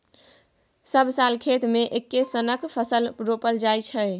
सब साल खेत मे एक्के सनक फसल रोपल जाइ छै